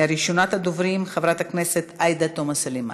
ראשונת הדוברים, חברת הכנסת עאידה תומא סלימאן,